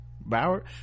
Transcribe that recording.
Bauer